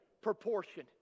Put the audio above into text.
proportion